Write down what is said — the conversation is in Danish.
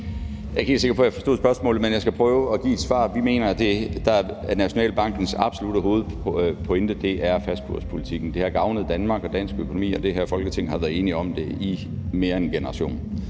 Jeg er ikke helt sikker på, jeg forstod spørgsmålet, men jeg skal prøve at give et svar: Vi mener, at det, der er Nationalbankens absolutte hovedprioritet, er fastkurspolitikken. Det har gavnet Danmark og dansk økonomi, og det her Folketing har været enige om det i mere end en generation.